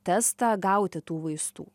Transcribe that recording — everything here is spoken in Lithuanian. testą gauti tų vaistų